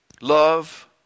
Love